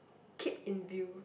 keep in view